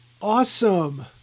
Awesome